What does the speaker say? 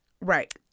right